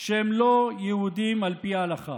שהם לא יהודים על פי ההלכה.